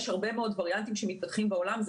יש הרבה מאוד וריאנטים שמתפתחים בעולם,